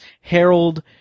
Harold